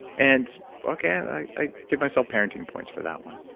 and okay, i give myself parenting points for that one.